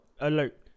Alert